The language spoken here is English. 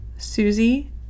Susie